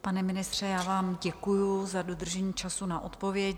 Pane ministře, já vám děkuju za dodržení času na odpověď.